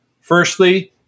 Firstly